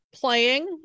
playing